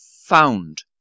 found